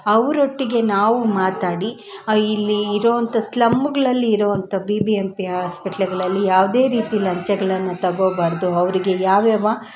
ಅವರೊಟ್ಟಿಗೆ ನಾವು ಮಾತಾಡಿ ಇಲ್ಲಿ ಇರೋಂಥ ಸ್ಲಮ್ಗಳಲ್ಲಿ ಇರೋಂಥ ಬಿ ಬಿ ಎಮ್ ಪಿ ಆಸ್ಪೆಟ್ಲ್ಗಳಲ್ಲಿ ಯಾವುದೇ ರೀತಿ ಲಂಚಗಳನ್ನು ತಗೊಳ್ಬಾರ್ದು ಅವರಿಗೆ ಯಾವ್ಯಾವ